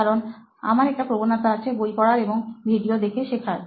কারণ আমার একটা প্রবণতা আছে বই পড়ার থেকে ভিডিও দেখে শেখার